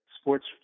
sports